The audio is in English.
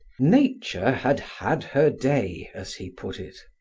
nature had had her day as he put it.